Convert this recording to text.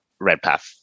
Redpath